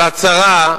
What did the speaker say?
על הצהרה,